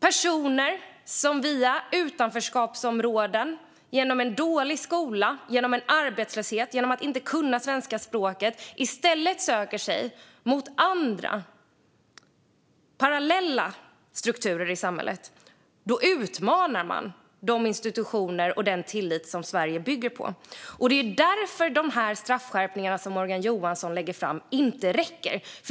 personer som via utanförskapsområden på grund av en dålig skola och arbetslöshet och på grund av att de inte kan svenska språket i stället söker sig till andra, parallella strukturer i samhället utmanas de institutioner och den tillit som Sverige bygger på. Det är därför de straffskärpningar som Morgan Johansson lägger fram inte räcker.